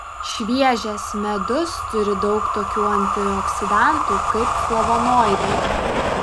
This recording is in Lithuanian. šviežias medus turi daug tokių antioksidantų kaip flavonoidai